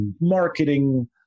marketing